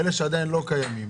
אלה שעדיין לא קיימים,